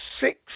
six